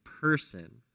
person